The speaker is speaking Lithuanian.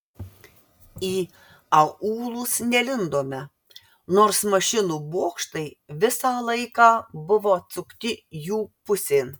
į aūlus nelindome nors mašinų bokštai visą laiką buvo atsukti jų pusėn